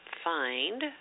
find